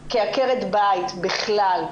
כעקרת בית בכלל,